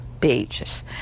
pages